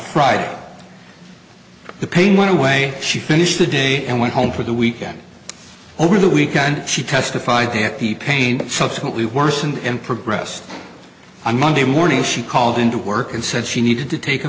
friday the pain went away she finished the day and went home for the weekend over the weekend she testified at the pain subsequently worsened and progressed on monday morning she called into work and said she needed to take a